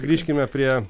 grįžkime prie